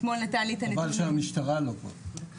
חבל שהמשטרה לא פה.